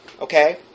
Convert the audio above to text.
Okay